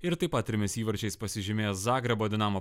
ir taip pat trimis įvarčiais pasižymėjęs zagrebo dinamo